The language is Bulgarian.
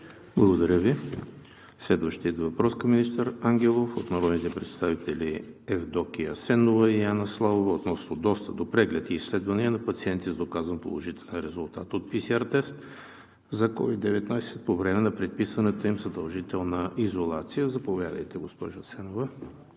Благодаря Ви. Следващият въпрос към министър Ангелов е от народните представители Евдокия Асенова и Анна Славова относно достъп до преглед и изследвания на пациенти с доказан положителен резултат от PCR тест за COVID-19 по време на предписаната им задължителна изолация. Заповядайте, госпожо Асенова.